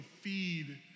feed